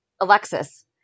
Alexis